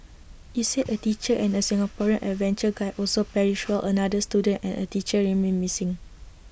IT said A teacher and A Singaporean adventure guide also perished while another student and A teacher remain missing